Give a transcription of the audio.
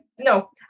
no